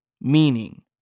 Meaning